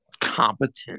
competent